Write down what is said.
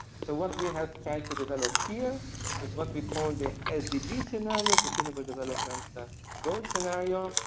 so what we and have tried to develop here is what we call the sdg scenario, sustainable development ah goal scenario,